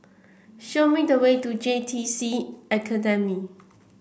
show me the way to J T C Academy